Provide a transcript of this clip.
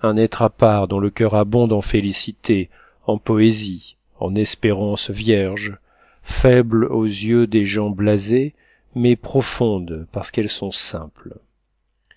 un être à part dont le coeur abonde en félicités en poésies en espérances vierges faibles aux yeux des gens blasés mais profondes parce qu'elles sont simples